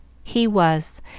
he was,